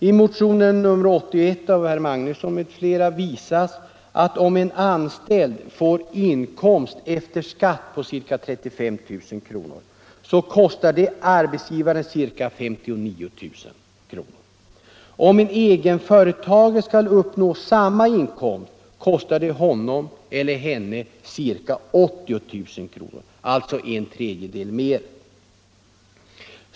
I motionen 81 av herr Magnusson i Borås m.fl. visas att om en anställd får inkomst efter skatt på ca 35 000 kr. kostar det arbetsgivaren ca 59 000. Om en egenföretagare skall uppnå samma inkomst kostar det honom eller henne ca 80 000 kr., alltså en tredjedel mer.